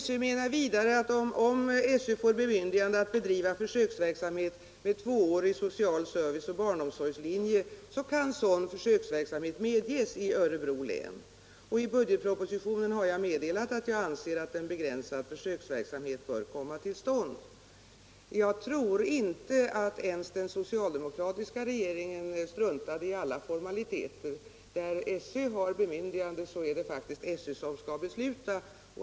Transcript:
SÖ menar vidare att om SÖ får bemyndigande att bedriva försöksverksamhet med tvåårig social service och barnomsorgslinje kan sådan försöksverksamhet medges i Örebro län. I budgetpropositionen har jag meddelat att jag anser att en begränsad försöksverksamhet bör komma till stånd. Jag tror inte att ens den socialdemokratiska regeringen struntade i alla formaliteter. Där SÖ hr bemyndigande är det faktiskt SÖ som skall besluta.